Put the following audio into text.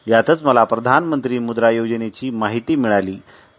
यातच मला प्रधानमंत्री मुद्रा योजनेची माहती र्मिळालां